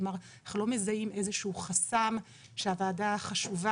כלומר אנחנו לא מזהים איזה שהוא חסם שהוועדה החשובה